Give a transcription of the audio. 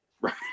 Right